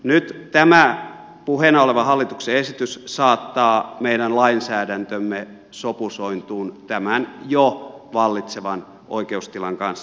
nyt tämä puheena oleva hallituksen esitys saattaa meidän lainsäädäntömme sopusointuun tämän jo vallitsevan oikeustilan kanssa